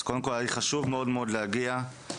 אז קודם כל היה לי חשוב מאוד מאוד להגיע ולומר